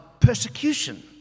persecution